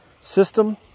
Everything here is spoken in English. system